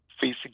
facing